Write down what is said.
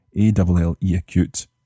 A-double-L-E-acute